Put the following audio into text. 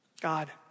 God